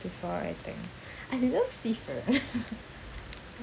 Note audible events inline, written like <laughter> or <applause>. before I think I love seafood <noise>